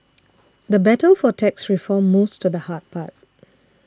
the battle for tax reform moves to the hard part